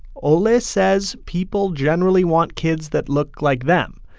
ole says people generally want kids that look like them.